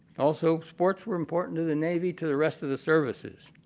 also sports were important to the navy, to the rest of the services.